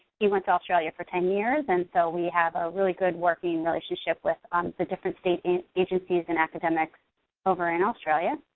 he went to australia for ten years and so we have a really good working relationship with um the different state agencies and academics over in australia.